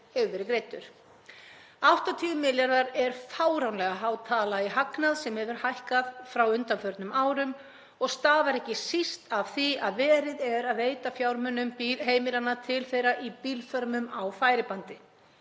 80 milljarðar er fáránlega há tala í hagnað sem hefur hækkað frá undanförnum árum og stafar ekki síst af því að verið er að veita fjármunum heimilanna til þeirra í bílförmum á færibandi.